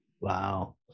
Wow